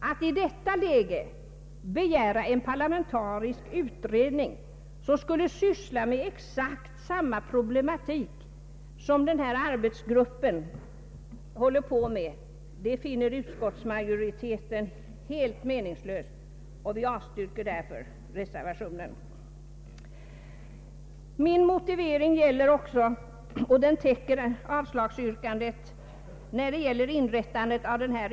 Att i detta läge begära en parlamentarisk utredning, som skulle syssla med exakt samma problematik som denna arbetsgrupp, finner utskottsmajoriteten meningslöst. Min motivering för detta avslagsyrkande gäller också frågan om inrättande av en utredningsbyrå vid trafiksäkerhetsverket.